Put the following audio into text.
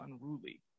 unruly